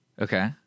Okay